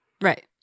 Right